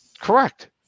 Correct